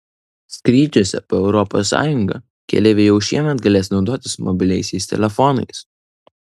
skrydžiuose po europos sąjungą keleiviai jau šiemet galės naudotis mobiliaisiais telefonais